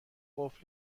قفل